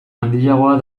handiagoa